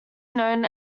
known